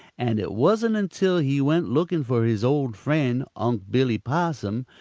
and it wasn't until he went looking for his old friend, unc' billy possum,